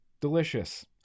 Delicious